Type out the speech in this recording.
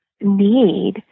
need